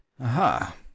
aha